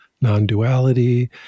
non-duality